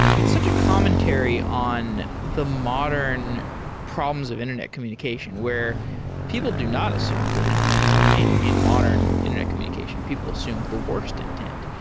it's such a commentary on the modern problems of internet communication, where people do not assume good intent in in modern internet communication. people assume the worst intent.